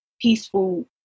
peaceful